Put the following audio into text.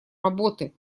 работы